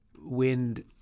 Wind